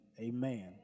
amen